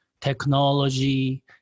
technology